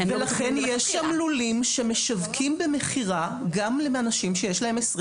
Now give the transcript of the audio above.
לכן יש שם מחיר שמשווקים במכירה גם לאנשים שיש להם 20,